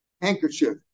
handkerchief